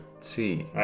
see